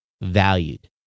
valued